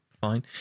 fine